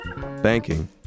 Banking